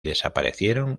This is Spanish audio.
desaparecieron